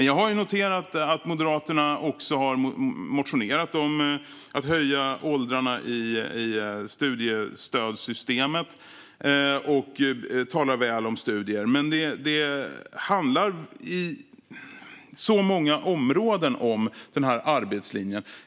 Jag har noterat att Moderaterna också har motionerat om att höja åldrarna i studiestödssystemet och talar väl om studier. Men det handlar på väldigt många områden om den här arbetslinjen.